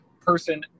person